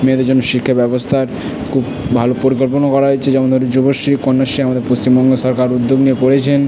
মেয়েদের জন্য শিক্ষাব্যবস্তার খুব ভালো পরিকল্পনা করা হয়েছে যেমন ধরো যুবশ্রী কন্যাশ্রী আমাদের পশ্চিমবঙ্গ সরকার উদ্যোগ নিয়ে করেছেন